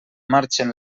marxen